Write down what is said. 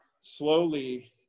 slowly